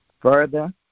further